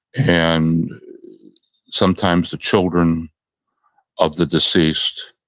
and sometimes, the children of the deceased